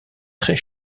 très